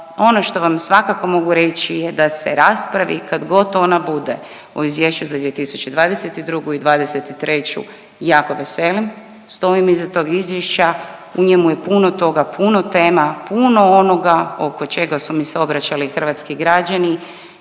Ono što vam svakako mogu reći je da se raspravi kad god ona bude o izvješću za 2022. i '23. jako veselim. Stojim iza tog izvješća, u njemu je puno toga, puno tema, puno onoga oko čega su mi se obraćali hrvatski građani